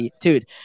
Dude